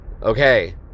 Okay